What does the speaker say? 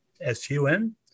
S-U-N